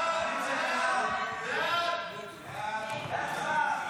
סעיף 1,